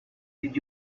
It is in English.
did